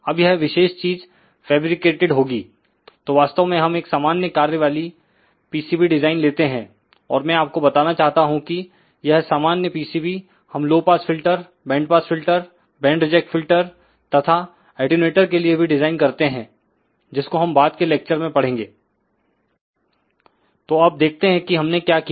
अब यह विशेष चीजफैब्रिकेटड होगी तोवास्तव में हम एक सामान्य कार्य वाली PCB डिज़ाइन लेते हैं और मैं आपको बताना चाहता हूं कि यह सामान्य PCB हम low pass filter band pass filter band reject filter तथा अटैंयूटर के लिए भी डिज़ाइन करते हैं जिसको हम बाद के लेक्चर में पढ़ेंगे तो अब देखते हैं कि हमने क्या किया